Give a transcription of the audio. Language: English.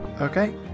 Okay